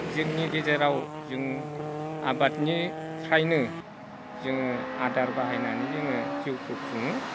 जोंनि गेजेराव जों आबादनिफ्रायनो जोङो आदार बाहायनानै जोङो जिउखौ खुङो